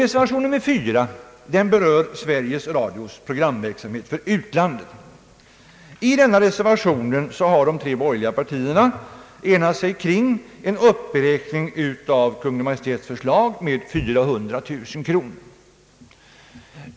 Reservation 4 berör Sveriges Radios programverksamhet för utlandet. I denna reservation har de tre borgerliga partierna enat sig om en uppräkning av Kungl. Maj:ts förslag med 400 000 kronor.